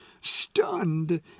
stunned